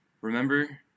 Remember